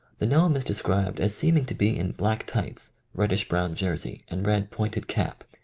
the gnome is described as seeming to be in black tights, reddish-brown jersey, and red pointed cap.